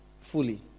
fully